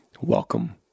Welcome